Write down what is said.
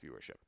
viewership